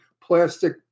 plastic